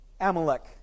Amalek